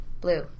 Blue